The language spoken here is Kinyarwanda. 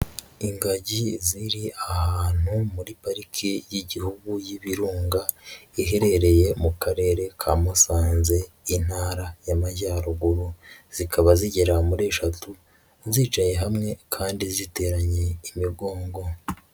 Ingagi ziri ahantu muri parike y'Igihugu y'Ibirunga iherereye mu karere ka Musanze, Intara y'Amajyaruguru, zikaba zigera muri eshatu, zicaye hamwe kandi ziteranye imigongo.